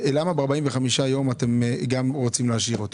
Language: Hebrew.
למה ב-45 ימים אתם רוצים להשאיר.